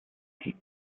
die